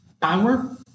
power